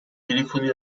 téléphoné